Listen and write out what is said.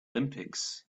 olympics